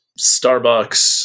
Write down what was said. Starbucks